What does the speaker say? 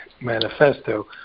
Manifesto